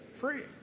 Free